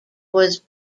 was